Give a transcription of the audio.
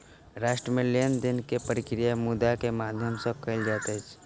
राष्ट्र मे लेन देन के प्रक्रिया मुद्रा के माध्यम सॅ कयल जाइत अछि